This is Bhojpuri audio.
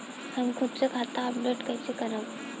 हम खुद से खाता अपडेट कइसे करब?